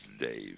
Dave